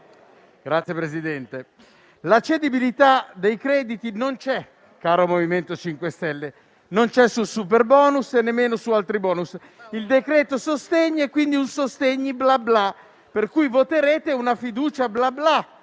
Signor Presidente, la cedibilità dei crediti non c'è, caro MoVimento 5 Stelle. Non c'è sul superbonus e nemmeno su altri *bonus*. Il decreto sostegni è quindi un sostegni bla bla, per cui voterete una fiducia bla bla.